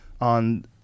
on